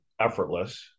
effortless